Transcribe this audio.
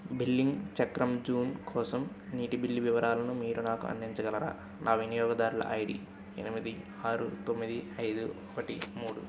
billing చక్రం June కోసం నీటి బిల్లు వివరాలను మీరు నాకు అందించగలరా నా వినియోగదారుల ఐడి ఎనిమిది ఆరు తొమ్మిది ఐదు ఒకటి మూడు